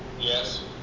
Yes